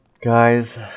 guys